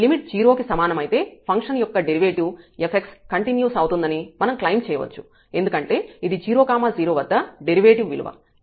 ఈ లిమిట్ 0 కి సమానమైతే ఫంక్షన్ యొక్క డెరివేటివ్ fx కంటిన్యూస్ అవుతుందని మనం క్లెయిమ్ చేయవచ్చు ఎందుకంటే ఇది 0 0 వద్ద డెరివేటివ్ విలువ ఇది 0 0 వద్ద fx విలువ